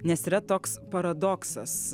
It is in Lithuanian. nes yra toks paradoksas